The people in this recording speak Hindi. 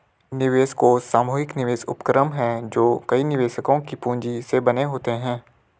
निवेश कोष सामूहिक निवेश उपक्रम हैं जो कई निवेशकों की पूंजी से बने होते हैं